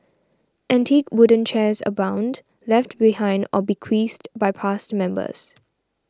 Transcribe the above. antique wooden chairs abound left behind or bequeathed by past members